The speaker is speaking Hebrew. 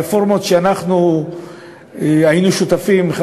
ברפורמות שאנחנו היינו שותפים בהן,